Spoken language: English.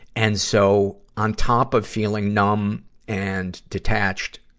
and so, on top of feeling numb and detached,